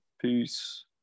Peace